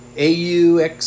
AUX